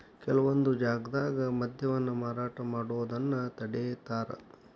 ಕೆಲವೊಂದ್ ಜಾಗ್ದಾಗ ಮದ್ಯವನ್ನ ಮಾರಾಟ ಮಾಡೋದನ್ನ ತಡೇತಾರ